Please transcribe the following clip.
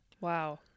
Wow